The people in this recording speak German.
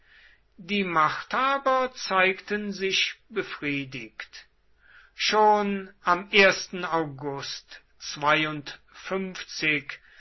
die machthaber zeigten sich befriedigt schon am august